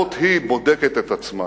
לפחות היא בודקת את עצמה